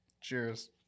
Cheers